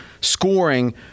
scoring